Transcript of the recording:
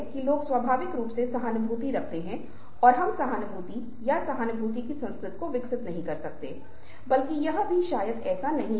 अब उसने मुझे जो बताया वह यह था कि ये 3 रेखांकन 3 विभिन्न संस्कृतियों का प्रतिनिधित्व करते हैं की किस संस्कृति में जिस तरह से मौन का उपयोग किया जाता है